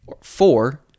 Four